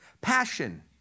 passion